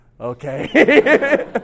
okay